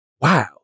wow